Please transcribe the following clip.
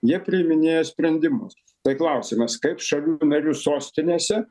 jie priiminėja sprendimus tai klausimas kaip šalių narių sostinėse